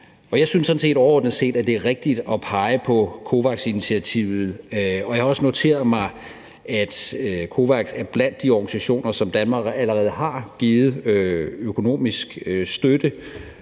set, at det er rigtigt at pege på COVAX-initiativet, og jeg har også noteret mig, at COVAX er blandt de organisationer, som Danmark allerede har givet økonomisk støtte,